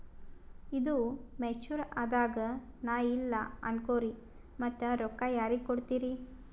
ಈದು ಮೆಚುರ್ ಅದಾಗ ನಾ ಇಲ್ಲ ಅನಕೊರಿ ಮತ್ತ ರೊಕ್ಕ ಯಾರಿಗ ಕೊಡತಿರಿ?